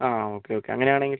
ആ okay okay അങ്ങനെയാണെങ്കിൽ